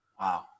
Wow